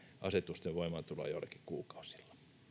asetusten voimaantuloa joillakin kuukausilla